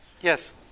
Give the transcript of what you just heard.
Yes